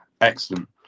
Excellent